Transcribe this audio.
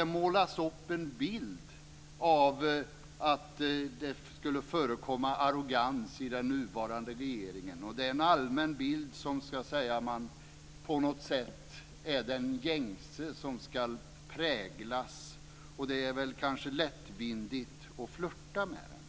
Det målas upp en bild av att det förekommer en arrogans i den nuvarande regeringen. Det är en allmän bild som på något sätt är den gängse bild som ska präglas. Men det är kanske lättvindigt att flirta med den.